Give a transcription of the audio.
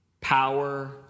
power